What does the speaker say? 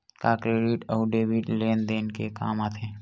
का क्रेडिट अउ डेबिट लेन देन के काम आथे?